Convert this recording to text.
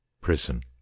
prison